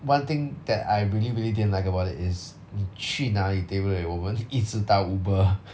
one thing that I really really didn't like about it is 你去哪里对不对我们一直搭 Uber